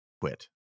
quit